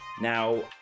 now